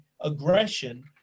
aggression